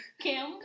Kim